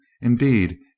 indeed